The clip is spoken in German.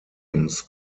james